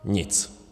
Nic.